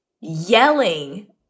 yelling